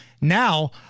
now